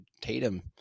Tatum